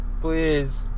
Please